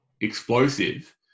explosive